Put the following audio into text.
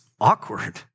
awkward